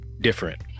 different